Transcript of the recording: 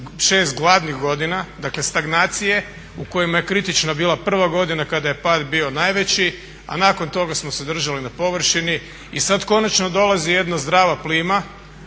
6 gladnih godina dakle stagnacije u kojima je bila kritična prva godina kada je pad bio najveći, a nakon toga smo se držali na površini. I sada konačno dolazi jedna zdrava plima,